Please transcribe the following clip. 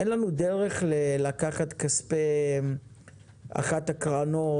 אין לנו דרך לקחת כספי אחת הקרנות,